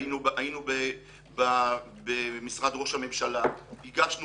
היינו במשרד ראש הממשלה, הגשנו